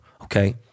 Okay